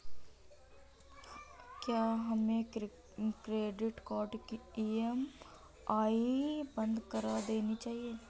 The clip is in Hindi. क्या हमें क्रेडिट कार्ड की ई.एम.आई बंद कर देनी चाहिए?